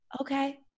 Okay